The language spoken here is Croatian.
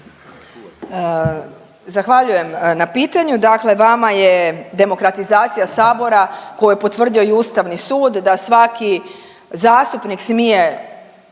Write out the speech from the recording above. Zahvaljujem na pitanju. Dakle, vama je demokratizacija Sabora koji je potvrdio i Ustavni sud da svaki zastupnik smije